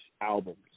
albums